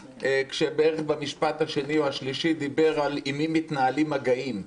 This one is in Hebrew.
כשבערך במשפט השני או השלישי הוא דיבר עם מי מתנהלים מגעים,